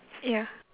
ya